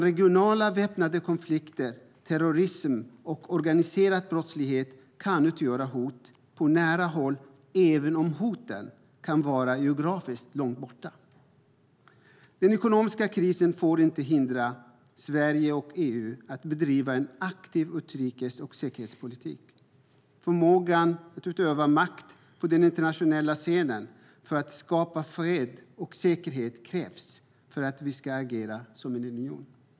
Regionala väpnade konflikter, terrorism och organiserad brottslighet kan utgöra hot på nära håll även om hoten kan vara geografiskt långt borta. Den ekonomiska krisen får inte hindra Sverige och EU från att bedriva en aktiv utrikes och säkerhetspolitik. Förmågan att utöva makt på den internationella scenen för att skapa fred och säkerhet kräver att vi agerar som en union.